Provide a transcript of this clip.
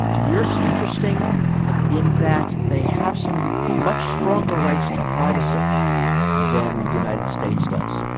europe is interesting in that they have some much stronger rights to privacy than the united states does.